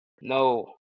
No